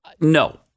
no